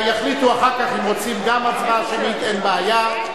יחליטו אחר כך אם רוצים גם הצבעה שמית, אין בעיה.